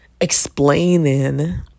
explaining